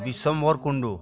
Bishwambhar Kundu